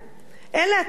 אלה הטבעיים,